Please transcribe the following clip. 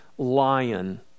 Lion